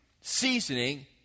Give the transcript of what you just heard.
seasoning